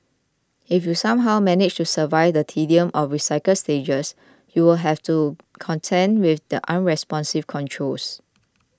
if you somehow manage to survive the tedium of recycled stages you still have to contend with the unresponsive controls